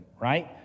right